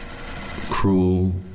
cruel